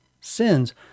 sins